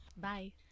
Bye